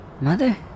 Mother